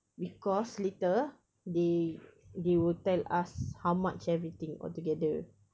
because later they they will tell us how much everything altogether